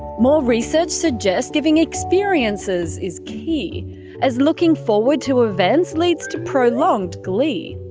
more research suggests giving experiences is key as looking forward to events leads to prolonged glee.